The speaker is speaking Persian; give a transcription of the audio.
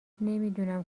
نمیدونم